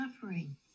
suffering